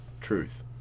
truth